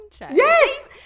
Yes